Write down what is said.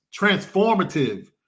transformative